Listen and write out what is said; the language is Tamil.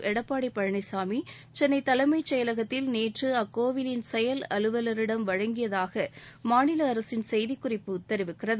எடப்பாடி பழனிசாமி சென்னை தலைமைச் இதற்கான காசோலையை செயலகத்தில் நேற்று அக்கோவிலின் செயல் அலுவலரிடம் வழங்கியதாக மாநில அரசின் செய்திக்குறிப்பு தெரிவிக்கிறது